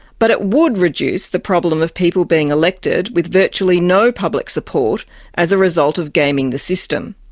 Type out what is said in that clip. but it would reduce the problem of people being elected with virtually no public support as a result of gaming the system.